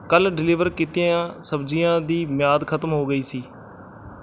ਕੱਲ੍ਹ ਡਲਿਵਰ ਕੀਤੀਆਂ ਸਬਜ਼ੀਆਂ ਦੀ ਮਿਆਦ ਖ਼ਤਮ ਹੋ ਗਈ ਸੀ